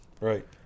right